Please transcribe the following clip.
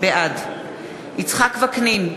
בעד יצחק וקנין,